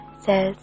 says